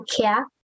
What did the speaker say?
care